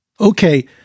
Okay